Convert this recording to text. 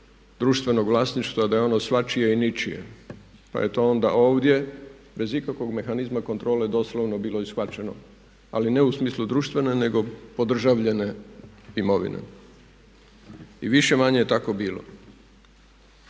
društvenog vlasništva da je ono svačije i ničije pa je to onda ovdje bez ikakvog mehanizma kontrole doslovno bilo i shvaćeno ali ne u smislu društvene nego podržavljene imovine i više-manje je tako bilo.